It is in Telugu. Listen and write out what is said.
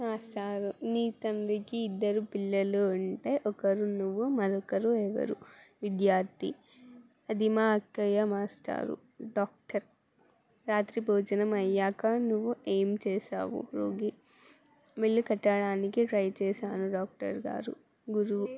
మాస్టారు నీ తండ్రికి ఇద్దరు పిల్లలు ఉంటే ఒకరు నువ్వు మరొకరు ఎవరు విద్యార్థి అది మా అక్కయ్య మాస్టారు డాక్టర్ రాత్రి భోజనం అయ్యాక నువ్వు ఏం చేశావు రోగి ఇల్లు కట్టాడానికి ట్రై చేశాను డాక్టర్గారు గురువు